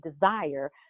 desire